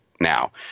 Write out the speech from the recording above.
now